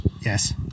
Yes